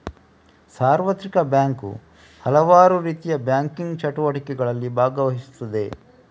ಸಾರ್ವತ್ರಿಕ ಬ್ಯಾಂಕು ಹಲವಾರುರೀತಿಯ ಬ್ಯಾಂಕಿಂಗ್ ಚಟುವಟಿಕೆಗಳಲ್ಲಿ ಭಾಗವಹಿಸುತ್ತದೆ